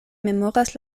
memoras